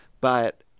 But-